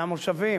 מהמושבים,